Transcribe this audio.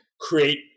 create